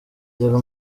yego